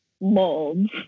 molds